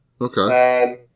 Okay